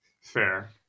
Fair